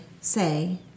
say